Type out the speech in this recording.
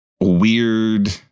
weird